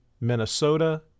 Minnesota